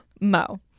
Mo